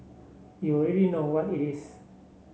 you already know what it is